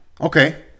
Okay